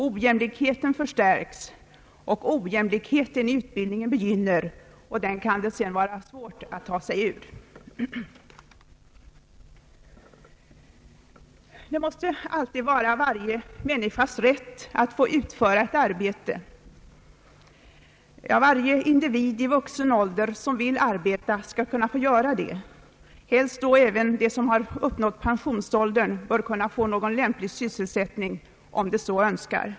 Ojämlikheten förstärks, och ojämlikheten i utbildning begynner, en ojämlikhet som det sedan kan bli svårt att ta sig ur. Det måste alltid vara varje människas rätt att få utföra ett arbete. Varje individ i vuxen ålder som vill arbeta skall kunna få göra det. även de som uppnått pensionsåldern bör få någon lämplig sysselsättning, om de så önskar.